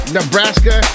Nebraska